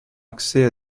accès